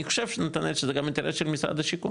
אני חושב שנתנאל שזה גם אינטרס של משרד השיכון,